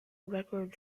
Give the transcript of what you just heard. record